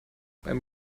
beim